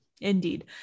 Indeed